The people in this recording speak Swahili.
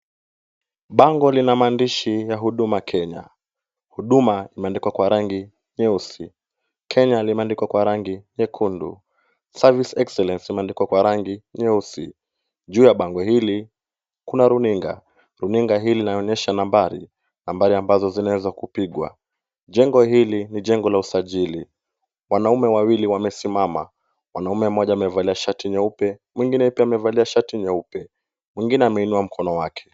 Bango lina maandishi ya Huduma Kenya. Huduma imeandikwa kwa rangi nyeusi. Kenya limeandikwa kwa rangi nyekundu. Service excellence limeandikwa kwa rangi nyeusi. Juu ya bango hili kuna runinga. Runinga hii linaonyesha nambari, nambari ambazo zinaweza kupigwa. Jengo hili ni jengo la usajili. Wanaume wawili wamesimama. Mwanaume mmoja amevalia shati nyeupe, mwingine pia amevalia nyeupe. Mwingine ameinua mkono wake.